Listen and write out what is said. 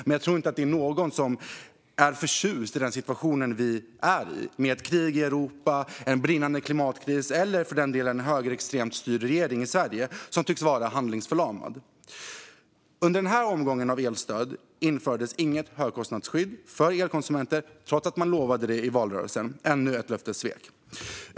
Men jag tror inte att någon här är förtjust i den situation vi är i med ett krig i Europa, en brinnande klimatkris eller för den delen en högerextremt styrd regering i Sverige som tycks vara handlingsförlamad. Under den här omgången av elstöd infördes inget högkostnadsskydd för elkonsumenter trots att man lovade det i valrörelsen - ännu ett löftessvek.